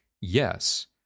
yes